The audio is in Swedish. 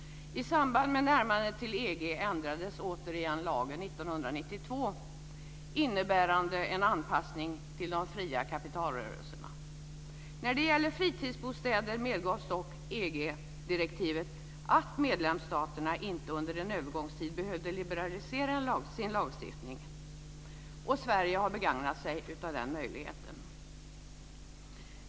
lagen igen, innebärande en anpassning till de fria kapitalrörelserna. När det gäller fritidsbostäder medgavs dock EG-direktivet att medlemsstaterna under en övergångstid inte behövde liberalisera sin lagstiftning. Sverige har begagnat sig av den möjligheten.